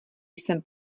jsem